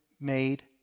made